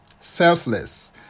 selfless